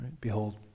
Behold